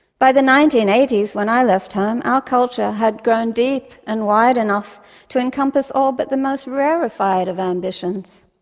by the nineteen eighty s, when i left home, our culture had grown deep and wide enough to encompass all but the most rarefied of ambitions.